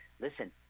listen